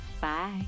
Bye